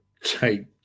take